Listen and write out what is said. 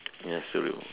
yes Thiru